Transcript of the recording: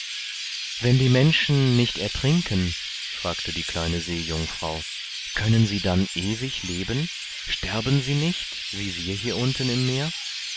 wenn die menschen nicht ertrinken fragte die kleine seejungfrau können sie dann ewig leben sterben sie nicht wie wir unten im meer